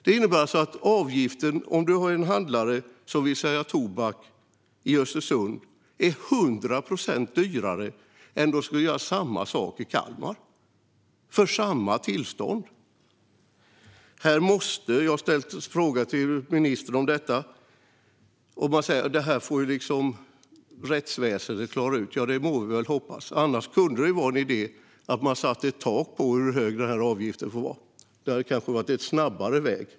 Det innebär att avgiften för en handlare som vill sälja tobak är 100 procent högre i Östersund än i Kalmar. Jag har ställt en fråga till ministern om detta, och man säger att rättsväsendet får klara ut detta. Ja, det må vi väl hoppas. Annars kunde det vara en idé att sätta ett tak på hur hög avgiften får vara. Det hade kanske varit en snabbare väg.